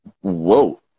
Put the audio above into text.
Whoa